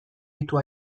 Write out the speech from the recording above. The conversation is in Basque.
ditu